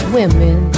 women